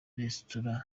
resitora